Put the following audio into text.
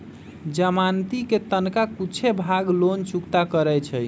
जमानती कें तनका कुछे भाग लोन चुक्ता करै छइ